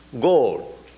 gold